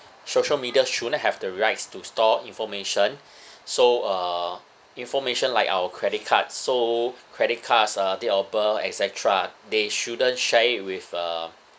social media shouldn't have the rights to store information so uh information like our credit card so credit cards uh date of birth et cetera they shouldn't share with uh